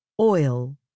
oil